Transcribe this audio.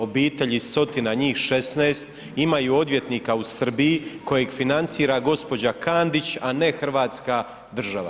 Obitelji iz Sotina, njih 16, imaju odvjetnika u Srbiji kojeg financira gđa. Kandić, a ne hrvatska država.